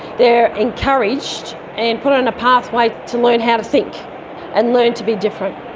they are encouraged and put on a pathway to learn how to think and learn to be different.